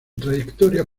trayectoria